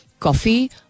Coffee